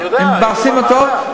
עם בר סימן טוב,